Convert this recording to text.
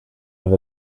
have